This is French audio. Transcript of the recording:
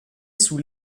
sous